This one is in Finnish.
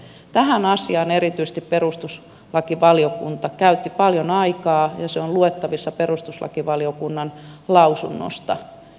tähän asiaan erityisesti perustuslakivaliokunta käytti paljon aikaa ja se on luettavissa perustuslakivaliokunnan lausunnosta